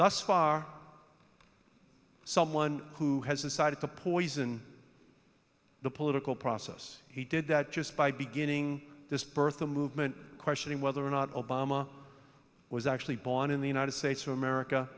thus far someone who has decided to poison the political process he did that just by beginning this bertha movement questioning whether or not obama was actually born in the united states of america